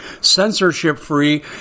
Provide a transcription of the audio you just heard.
censorship-free